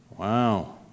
Wow